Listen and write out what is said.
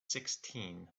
sixteen